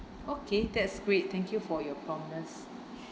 okay that's great thank you for your promptness